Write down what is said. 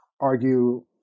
argue